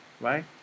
right